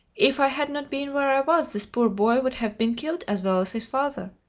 if i had not been where i was, this poor boy would have been killed as well as his father.